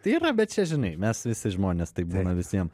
tai yra bet čia žinai mes visi žmonės tai būna visiem